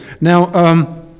Now